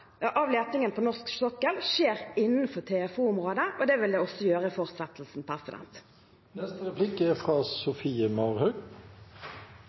letingen på norsk sokkel skjer innenfor TFO-området, og det vil det også gjøre i fortsettelsen. Rødt er